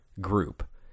group